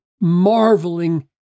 marveling